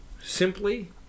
simply